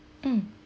mm